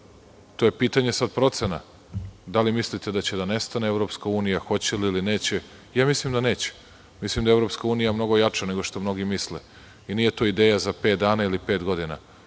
To je pitanje sada procena da li mislite da će da nestane EU. Hoće li ili neće, ja mislim da neće. Mislim da je EU mnogo jača, nego što mnogi misle. Nije to ideja za pet dana ili pet godina.